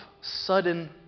sudden